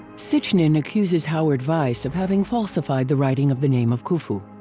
sitchnin accuses howard vyse of having falsified the writing of the name of khufu,